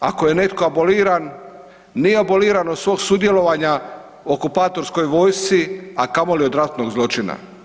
Ako je neko aboliran nije aboliran od svog sudjelovanja u okupatorskoj vojsci, a kamoli od ratnog zločina.